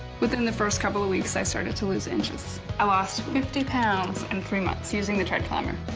within the first couple of weeks, i started to lose inches. i lost fifty pounds in three months using the treadclimber.